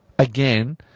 Again